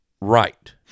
right